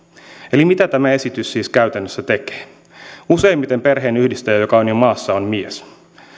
eli mitä tämä esitys siis käytännössä tekee useimmiten perheenyhdistäjä joka on jo maassa on mies